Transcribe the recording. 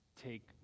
take